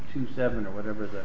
two seven or whatever the